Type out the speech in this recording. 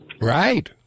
right